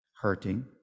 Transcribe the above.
hurting